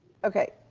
okay,